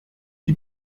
die